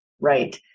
Right